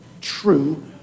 true